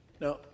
Now